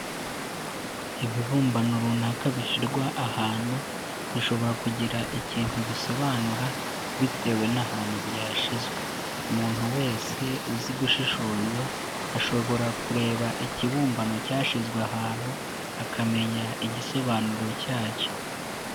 Ibibumbano runaka bishyirwa ahantu, bishobora kugira ikintu bisobanura bitewe n'ahantu byashyizwe, umuntu wese uzi gushishoza ashobora kureba ikibumbano cyashyizwe ahantu akamenya igisobanuro cyacyo.